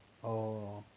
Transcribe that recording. oh